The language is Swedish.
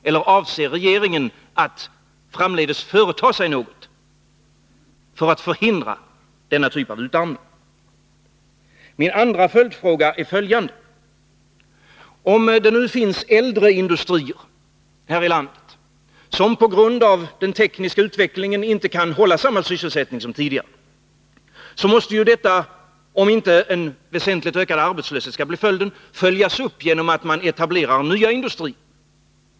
Eller avser regeringen att framdeles företa sig någonting för att hindra denna typ av utarmning? Min andra följdfråga är följande. Om det nu finns äldre industrier här i landet som på grund av den tekniska utvecklingen inte kan hålla samma sysselsättning som tidigare måste detta, om inte en väsentligt ökad arbetslöshet blir följden, följas upp genom att man etablerar nya industrier.